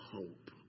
hope